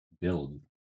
build